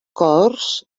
corts